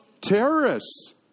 Terrorists